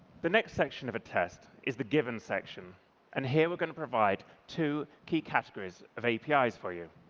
the next section of a test is the given section and here we're going to provide two key categories of apis for you.